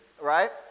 right